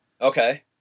Okay